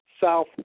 South